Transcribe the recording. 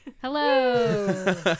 Hello